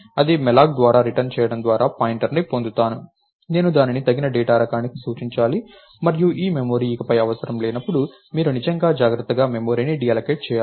నేను malloc ద్వారా return చేయడం ద్వారా పాయింటర్ను పొందుతాను నేను దానిని తగిన డేటా రకానికి సూచించాలి మరియు ఈ మెమరీ ఇకపై అవసరం లేనప్పుడు మీరు నిజంగా జాగ్రత్తగా మెమరీని డీఅల్లోకేట్ చేయాలి